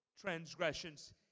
Transgressions